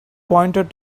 pointed